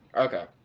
okay.